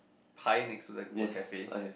pine next to the wood cafe